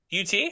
UT